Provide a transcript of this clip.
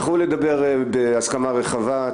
לכו לדבר בהסכמה רחבה.